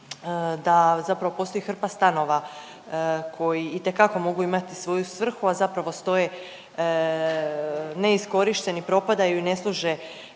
da zapravo postoji hrpa stanova koji itekako mogu imati svoju svrhu, a zapravo stoje ne iskorišteni, propadaju i ne služe